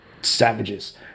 Savages